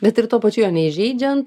bet ir tuo pačiu jo neįžeidžiant